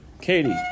Katie